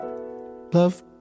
love